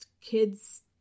kids